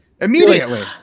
immediately